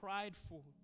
prideful